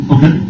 Okay